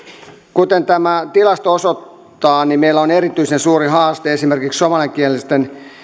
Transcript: kuten tämä tilasto osoittaa meillä on erityisen suuri haaste esimerkiksi somaliankielisten